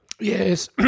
Yes